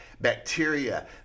bacteria